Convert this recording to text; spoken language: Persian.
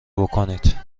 بکنید